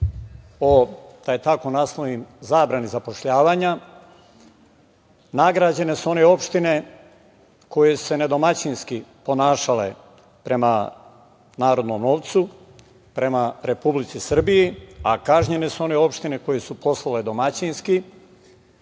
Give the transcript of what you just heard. o, da je tako naslovim, zabrani zapošljavanja nagrađene su one opštine koje su se nedomaćinski ponašale prema narodnom novcu, prema Republici Srbiji, a kažnjene su one opštine koje su poslovale domaćinski,